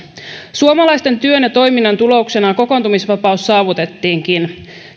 suomalaisten työn ja toiminnan tuloksena kokoontumisvapaus saavutettiinkin